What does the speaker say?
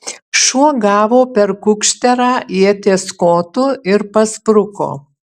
šuo gavo per kukšterą ieties kotu ir paspruko